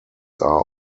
are